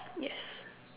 yes